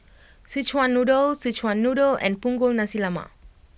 Szechuan Noodle Szechuan Noodle and Punggol Nasi Lemak